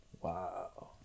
wow